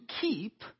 keep